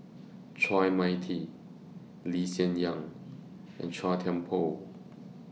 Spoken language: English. Chua Mia Tee Lee Hsien Yang and Chua Thian Poh